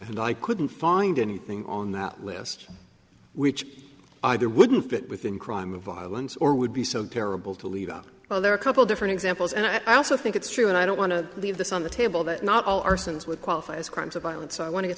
and i couldn't find anything on that list which either wouldn't fit within crime of violence or would be so terrible to leave well there are a couple different examples and i also think it's true and i don't want to leave this on the table that not all arsons would qualify as crimes of violence i want to get